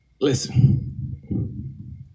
Listen